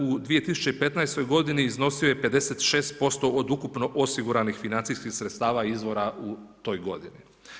U 2015. godini iznosio je 56% od ukupno osiguranih financijskih sredstava izvora u toj godini.